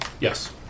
Yes